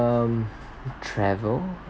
um travel